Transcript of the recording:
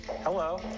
Hello